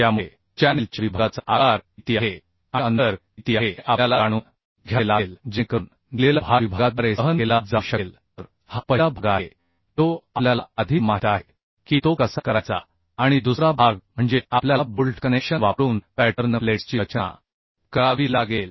त्यामुळे चॅनेल च्या विभागाचा आकार किती आहे आणि अंतर किती आहे हे आपल्याला जाणून घ्यावे लागेल जेणेकरून दिलेला भार विभागाद्वारे सहन केला जाऊ शकेल तर हा पहिला भाग आहे जो आपल्याला आधीच माहित आहे की तो कसा करायचा आणि दुसरा भाग म्हणजे आपल्याला बोल्ट कनेक्शन वापरून पॅटर्न प्लेट्सची रचना करावी लागेल